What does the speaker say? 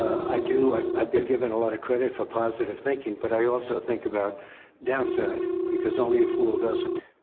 i do. i've i've been given a lot of credit for positive thinking, but i also think about downside, because only a fool doesn't.